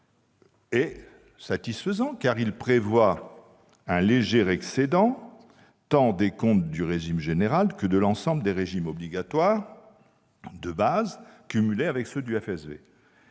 est satisfaisant. Non seulement il prévoit un léger excédent, tant des comptes du régime général que de l'ensemble des régimes obligatoires de base, cumulés avec ceux du FSV,